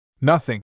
Nothing